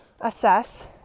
Assess